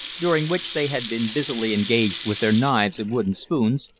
during which they had been busily engaged with their knives and wooden spoons,